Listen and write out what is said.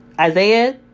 Isaiah